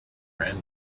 random